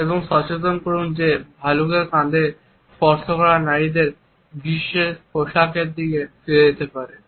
এবং সচেতন থাকুন যে ভালুকের কাঁধে স্পর্শ করা নারীদের গ্রীষ্মের পোশাকের দিকে ফিরে যেতে পারে